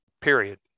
period